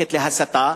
מחנכת להסתה.